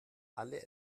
alle